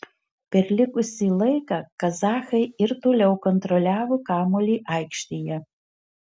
per likusį laiką kazachai ir toliau kontroliavo kamuolį aikštėje